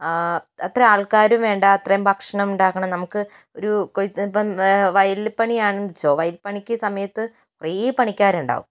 അത്ര ആൾക്കാരും വേണ്ട അത്രയും ഭക്ഷണം ഉണ്ടാക്കണം നമുക്ക് ഒരു കൊയ്ത്തിന് ഇപ്പോൾ വയലിൽ പണി ആണെന്ന് വച്ചോളൂ വയലിൽ പണിക്ക് സമയത്ത് കുറെ പണിക്കാർ ഉണ്ടാകും